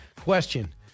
Question